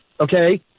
okay